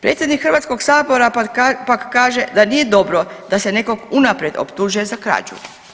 Predsjednik Hrvatskog sabora pak kaže da nije dobro da se nekog unaprijed optužuje za krađu.